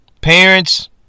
Parents